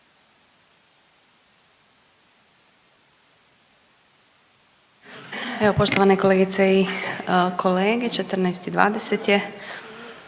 Evo poštovane kolegice i kolege 14 i 20 je,